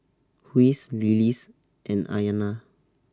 Huy's Lily's and Ayanna